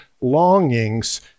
longings